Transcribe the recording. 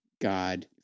God